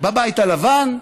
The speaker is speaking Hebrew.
בבית הלבן,